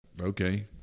Okay